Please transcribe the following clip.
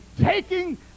taking